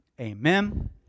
amen